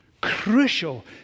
Crucial